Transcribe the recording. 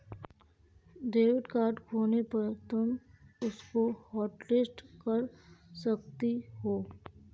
debit card खोने पर तुम उसको हॉटलिस्ट कर सकती हो